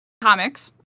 comics